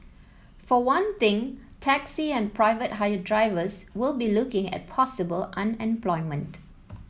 for one thing taxi and private hire drivers will be looking at possible unemployment